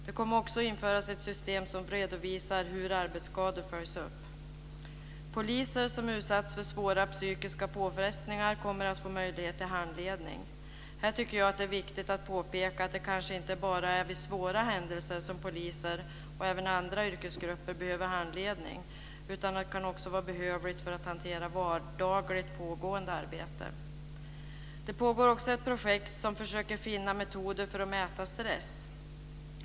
Det kommer också att införas ett system som redovisar hur arbetsskador följs upp. Poliser som utsatts för svåra psykiska påfrestningar kommer att få möjlighet till handledning. Här tycker jag att det är viktigt att påpeka att det kanske inte bara är vid svåra händelser som poliser och även andra yrkesgrupper behöver handledning, utan det kan också vara behövligt för att hantera vardagligt pågående arbete. Det pågår också ett projekt för att försöka finna metoder för att mäta stress.